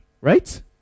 right